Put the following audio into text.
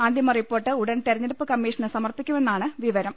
അന്തിമ റിപ്പോർട്ട് ഉടൻ തെരഞ്ഞെടുപ്പ് കമ്മീഷന് സമർപ്പിക്കുമെന്നാണ് വിവ രം